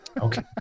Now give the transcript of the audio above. Okay